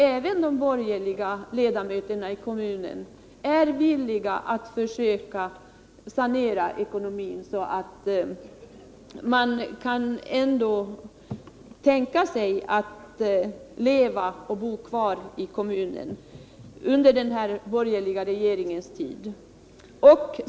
Även de borgerliga ledamöterna i kommunen är villiga att försöka sanera ekonomin, så att man kan tänka sig att bo kvar och leva i kommunen under den borgerliga regeringens tid.